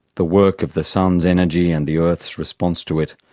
the work of the sun's energy and the earth's response to it,